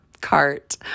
cart